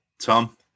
Tom